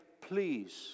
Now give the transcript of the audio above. please